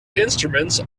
instruments